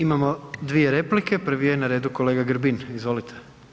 Imamo 2 replike, prvi je na redu kolega Grbin, izvolite.